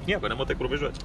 nieko nematai kur važiuot